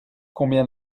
combien